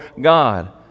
God